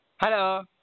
Hello